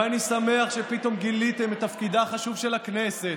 ואני שמח שפתאום גיליתם את תפקידה החשוב של הכנסת,